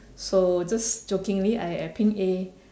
so just jokingly I I ping A